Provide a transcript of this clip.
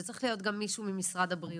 זה צריך להיות גם מישהו ממשרד הבריאות.